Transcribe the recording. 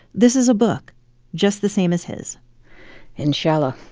this is a book just the same as his inshallah